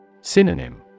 Synonym